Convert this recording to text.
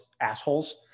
assholes